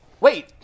Wait